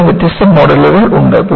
അതിന് വ്യത്യസ്ത മോഡലുകളുണ്ട്